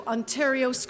Ontario